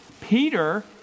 Peter